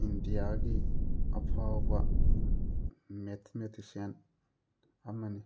ꯏꯟꯗꯤꯌꯥꯒꯤ ꯑꯐꯥꯎꯕ ꯃꯦꯠꯊꯃꯦꯇꯤꯁꯤꯌꯥꯟ ꯑꯃꯅꯤ